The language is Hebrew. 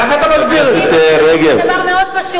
אני מסבירה לך דבר כאן דבר מאוד פשוט.